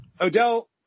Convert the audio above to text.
Odell